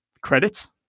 credits